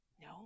No